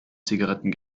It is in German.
zigaretten